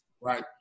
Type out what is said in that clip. Right